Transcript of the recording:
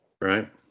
Right